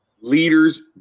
leaders